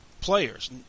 players